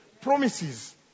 promises